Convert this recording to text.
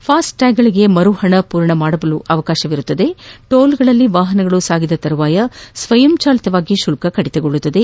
ಫಾಸ್ಟ್ಗಾಗ್ಗಳಿಗೆ ಮರು ಹಣ ಪೂರಣ ಮಾಡಬಹುದಾಗಿದ್ದು ಟೋಲ್ಗಳಲ್ಲಿ ವಾಹನಗಳು ಸಾಗಿದ ತರುವಾಯ ಸ್ವಯಂಚಾಲಿತವಾಗಿ ಶುಲ್ಕ ಕಡಿತಗೊಳ್ಳುತ್ತದೆ